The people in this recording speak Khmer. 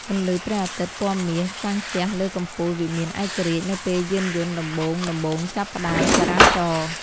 ពន្លឺព្រះអាទិត្យពណ៌មាសចាំងជះលើកំពូលវិមានឯករាជ្យនៅពេលយានយន្តដំបូងៗចាប់ផ្ដើមចរាចរ។